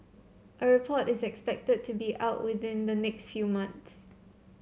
a report is expected to be out within the next few months